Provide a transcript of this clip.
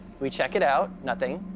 we check it out, nothing.